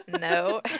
No